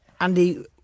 Andy